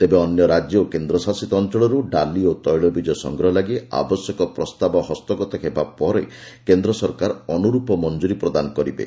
ତେବେ ଅନ୍ୟ ରାଜ୍ୟ ଓ କେନ୍ଦ୍ର ଶାସିତ ଅଞ୍ଚଳରୁ ଡାଳି ଓ ତୈଳବିଜ ସଂଗ୍ରହ ଲାଗି ଆବଶ୍ୟକ ପ୍ରସ୍ତାବ ହସ୍ତଗତ ହେବା ପରେ କେନ୍ଦ୍ର ସରକାର ଅନୁରୂପ ମଞ୍ଜୁରୀ ପ୍ରଦାନ କରିବେ